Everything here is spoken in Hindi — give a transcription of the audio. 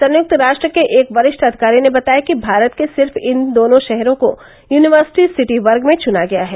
संयुक्त राष्ट्र के एक वरिष्ठ अधिकारी ने बताया कि भारत के सिर्फ इन दोनों शहरो को यूनिर्विसटी सिटी वर्ग में चुना गया है